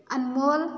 ਅਨਮੋਲ